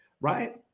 Right